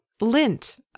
lint